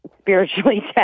spiritually